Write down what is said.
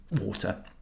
water